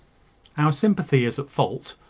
our sympathy is at fault,